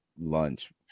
lunch